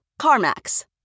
CarMax